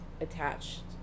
attached